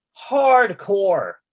hardcore